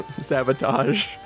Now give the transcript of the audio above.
sabotage